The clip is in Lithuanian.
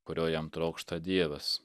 kurio jam trokšta dievas